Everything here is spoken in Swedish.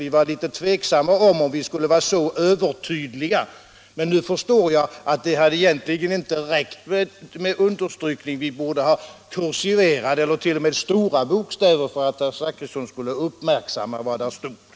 Vi var litet tvek samma om huruvida vi skulle vara så övertydliga, men nu förstår jag att det egentligen inte räcker med kursivering; vi borde kanske rent av ha skrivit med versaler för att herr Zachrisson skulle uppmärksamma vad där står.